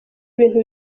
ibintu